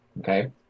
okay